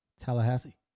Tallahassee